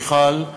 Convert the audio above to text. מיכל,